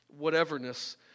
whateverness